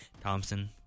Thompson